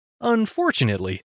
Unfortunately